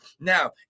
now